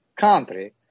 country